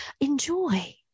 enjoy